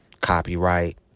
copyright